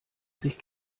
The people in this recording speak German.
sich